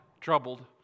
troubled